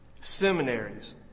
seminaries